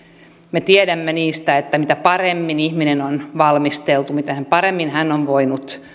me tiedämme niistä että mitä paremmin ihminen on valmisteltu mitä paremmin hän on voinut